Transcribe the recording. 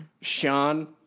Sean